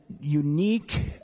unique